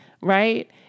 right